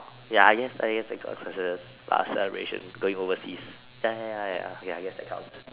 ya I guess I guess I got about celebration going overseas ya ya ya ya yes that counts